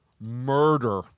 murder